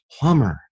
plumber